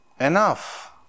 Enough